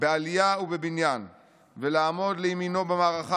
בעלייה ובבניין ולעמוד לימינו במערכה